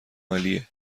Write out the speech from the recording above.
عالیه